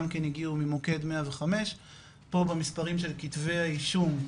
גם כן הגיעו ממוקד 105. פה במספרים של כתבי האישום,